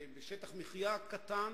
בשטח מחיה קטן.